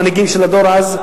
מנהיגי הדור אז,